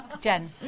Jen